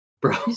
bro